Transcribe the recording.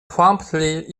promptly